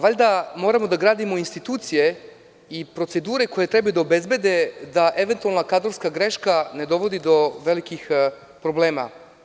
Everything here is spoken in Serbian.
Valjda moramo da gradimo institucije i procedure koje trebaju da obezbede da eventualna kadrovska greška ne dovodi do velikih problema.